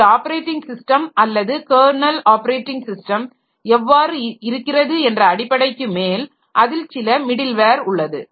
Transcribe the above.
ஒரு operating system அல்லது kernel operating system எவ்வாறு இருக்கிறது என்ற அடிப்படைக்கு மேல் அதில் சில மிடில் வேர் உள்ளது